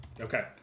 Okay